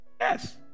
Yes